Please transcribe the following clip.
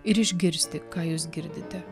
ir išgirsti ką jūs girdite